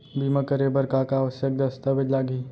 बीमा करे बर का का आवश्यक दस्तावेज लागही